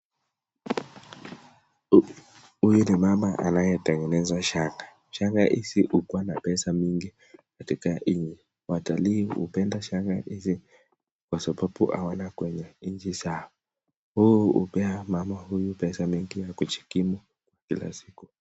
Huyu ni mama anayetengeneza shanga. Shanga hizi hukuwa na pesa mingi katika nchi. Watalii hupenda shanga hizi kwa sababu hawana kwenye nchi zao. Huu hupea mama huyu pesa mingi ya kujikumu kila siku.